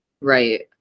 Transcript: right